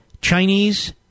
Chinese